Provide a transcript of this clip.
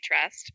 Trust